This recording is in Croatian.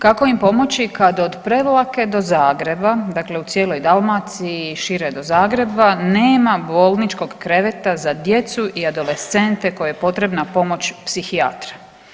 Kako im pomoći kad od Prevlake do Zagreba, dakle u cijeloj Dalmaciji, šire do Zagreba nema bolničkog kreveta za djecu i adolescente koje je potrebna pomoć psihijatra.